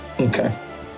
Okay